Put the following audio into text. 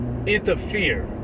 Interfere